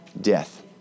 death